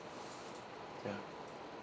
ya